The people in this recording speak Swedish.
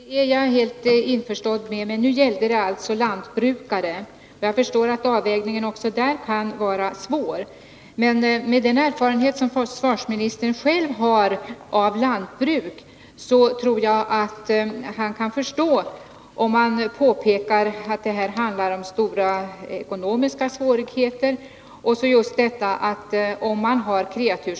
Herr talman! Jag är helt införstådd med att det är svårt att göra den avvägning försvarsministern talar om, men nu gällde det alltså lantbrukare. Jag förstår att avvägningen också där kan vara svår, men med den erfarenhet som försvarsministern själv har av lantbruk tror jag att han kan förstå vilka ekonomiska problem det handlar om.